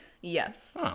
yes